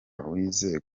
wize